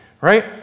right